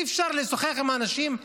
אי-אפשר לשוחח עם האנשים?